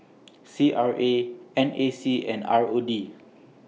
C R A N A C and R O D